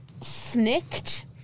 snicked